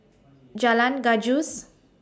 Jalan Gajus